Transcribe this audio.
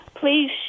please